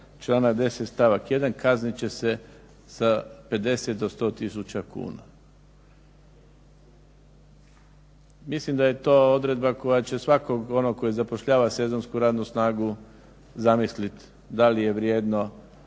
članak 10. stavak 1. kaznit će se sa 50 do 10000 kuna. Mislim da je to odredba koja će svakog onog koji zapošljava sezonsku radnu snagu zamislit da li je vrijedno